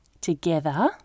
Together